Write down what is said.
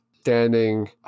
standing